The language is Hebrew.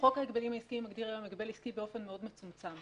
חוק ההגבלים העסקיים מגדיר היום הגבל עסקי באופן מאוד מצומצם.